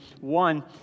One